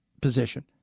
position